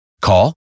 Call